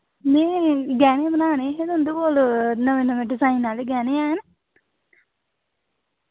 में गैह्ने बनाने हे तुंदे कोल नमें नमें डिजाइन आह्ले गैह्ने हैन